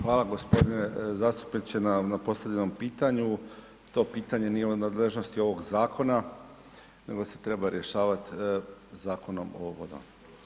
Hvala gospodine zastupniče na postavljenom pitanju, to pitanje nije u nadležnosti ovog zakona nego se treba rješavati Zakonom o vodama.